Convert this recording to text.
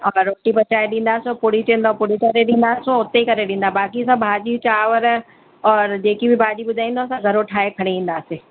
असां रोटी पचाए ॾींदासूं और पुरी चवंदव पुरी तरे ॾींदासूं और उते ई करे ॾींदा बाक़ी असां भाॼियूं चांवर और जेकी बि भाॼी ॿुधाईंदो असां घरां ठाहे खणी ईंदासीं